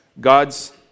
God's